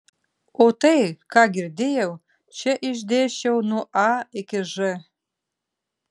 o tai ką girdėjau čia išdėsčiau nuo a iki ž